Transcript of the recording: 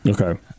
Okay